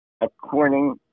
according